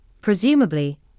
presumably